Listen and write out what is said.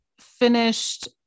finished